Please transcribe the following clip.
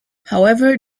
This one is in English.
however